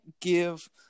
give